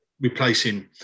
replacing